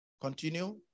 Continue